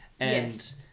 Yes